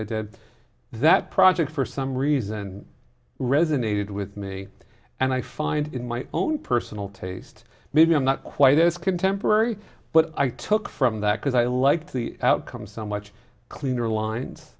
i did that project for some reason resonated with me and i find in my own personal taste maybe i'm not quite as contemporary but i took from that because i liked the outcome so much cleaner lines